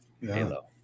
halo